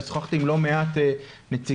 ושוחחתי עם לא מעט נציגים,